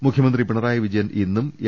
മുഖ്യമന്ത്രി പിണറായി വിജയൻ ഇന്നും എൽ